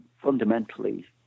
fundamentally